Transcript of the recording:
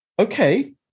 okay